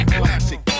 classic